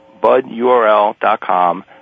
budurl.com